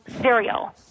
cereal